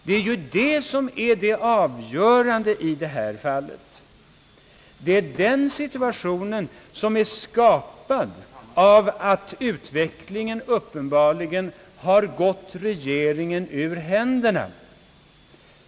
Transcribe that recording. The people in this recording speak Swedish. Det är det som är det avgörande i detta fall. Denna situation har skapats av att utvecklingen uppenbarligen har gått regeringen ur händer na.